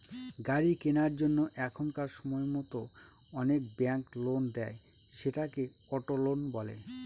গাড়ি কেনার জন্য এখনকার সময়তো অনেক ব্যাঙ্ক লোন দেয়, সেটাকে অটো লোন বলে